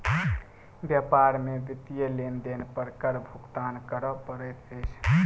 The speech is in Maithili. व्यापार में वित्तीय लेन देन पर कर भुगतान करअ पड़ैत अछि